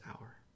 hour